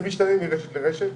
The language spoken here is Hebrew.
זה משתנה מרשת לרשת